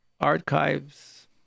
archives